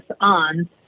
on